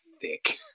thick